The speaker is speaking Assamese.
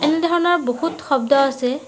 এনেধৰণৰ বহুত শব্দ আছে